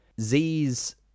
z's